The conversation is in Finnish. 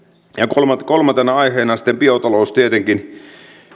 kolmantena kolmantena aiheena sitten biotalous tietenkin